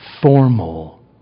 formal